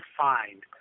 find